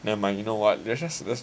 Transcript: never mind you know what let's just